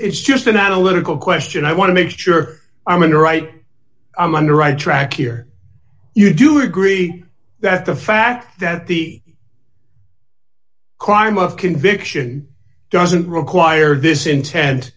it's just an analytical question i want to make sure i'm going to write i'm under right track here you do agree that the fact that the crime of conviction doesn't require this intent